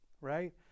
right